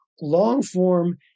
long-form